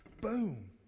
Boom